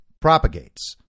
propagates